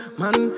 man